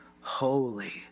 holy